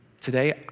Today